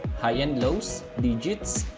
high and lows, digits.